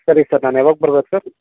ಸರಿ ಸರ್ ನಾನು ಯಾವಾಗ ಬರ್ಬೇಕು ಸರ್